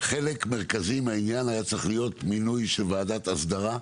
חלק מרכזי מהעניין היה צריך להיות מינוי של ועדת הסדרה,